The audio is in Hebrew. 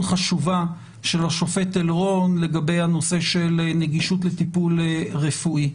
חשובה של השופט אלרון לגבי הנושא של נגישות לטיפול רפואי.